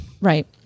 Right